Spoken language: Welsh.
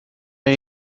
mae